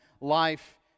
life